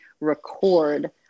record